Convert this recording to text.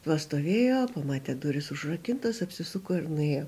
pastovėjo pamatė durys užrakintos apsisuko ir nuėjo